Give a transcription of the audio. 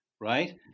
right